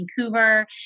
Vancouver